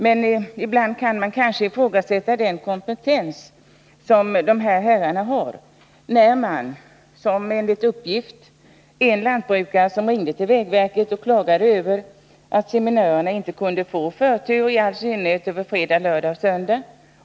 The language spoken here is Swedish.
Men ibland kan man kanske ifrågasätta den kompetens som de här herrarna har. Enligt uppgift ringde en lantbrukare till vägverket och klagade över att seminörerna inte kunde få förtur, i synnerhet inte under fredag, lördag och söndag.